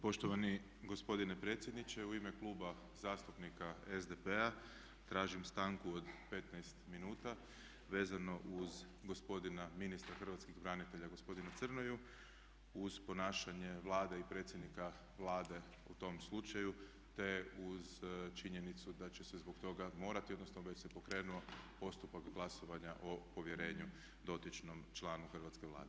Poštovani gospodine predsjedniče, u ime Kluba zastupnika SDP-a tražim stanku od 15 minuta vezano uz gospodina ministra Hrvatskih branitelja gospodina Crnoju uz ponašanje Vlade i predsjednika Vlade u tom slučaju, te uz činjenicu da će se zbog toga morati, odnosno već se pokrenulo postupak glasovanja o povjerenju dotičnom članu Hrvatske vlade.